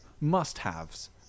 must-haves